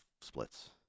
splits